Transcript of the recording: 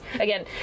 again